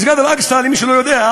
מסגד אל-אקצא, למי שלא יודע,